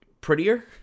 prettier